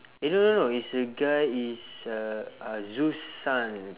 eh no no no it's the guy is uh uh zeus' son